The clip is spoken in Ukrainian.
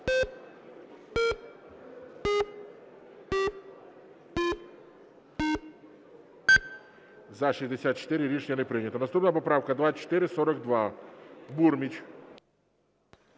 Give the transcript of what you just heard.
За-64 Рішення не прийнято. Наступна поправка 2442. Бурміч.